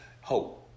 hope